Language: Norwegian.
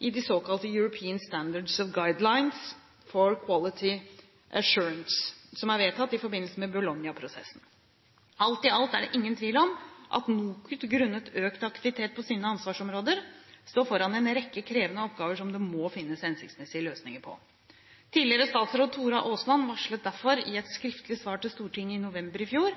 i de såkalte European Standards and Guidelines for Quality Assurance, som er vedtatt i forbindelse med Bologna-prosessen. Alt i alt er det ingen tvil om at NOKUT grunnet økt aktivitet på sine ansvarsområder står foran en rekke krevende oppgaver, som det må finnes hensiktsmessige løsninger på. Tidligere statsråd Tora Aasland varslet derfor i et skriftlig svar til Stortinget i november i fjor